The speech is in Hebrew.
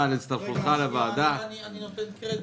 אני נותן קרדיט,